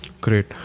great